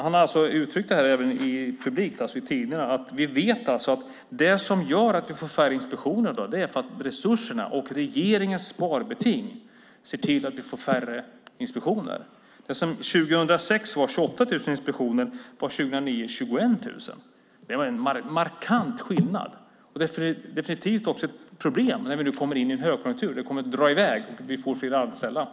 Han har uttryckt detta publikt i tidningar: Vi vet att det som gör att vi får färre inspektioner i dag är regeringens sparbeting och att resurserna är mindre. Det som år 2006 var 28 000 inspektioner var 21 000 år 2009. Det är en markant skillnad. Det är definitivt också ett problem när vi nu kommer in i en högkonjunktur och det drar i väg och vi får fler arbetstillfällen.